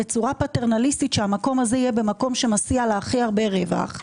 בצורה פטרנליסטית שהמקום הזה יהיה במקום שנותן לה הכי הרבה רווח,